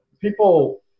People